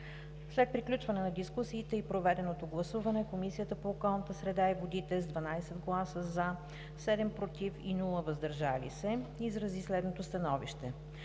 След прекратяване на дискусиите и проведеното гласуване Комисията по околната среда и водите с 12 гласа „за“, 7 „против“ и без „въздържал се“ изрази следното становище: